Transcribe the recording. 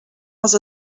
els